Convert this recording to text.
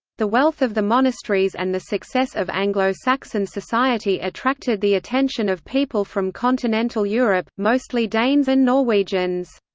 the wealth of the monasteries and the success of anglo-saxon society attracted the attention of people from continental europe, mostly danes and norwegians.